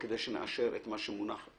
אני אומר, את המייל האחרון אני מוכן לעשות,